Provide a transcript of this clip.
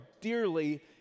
dearly